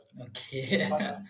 Okay